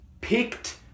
picked